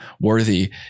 worthy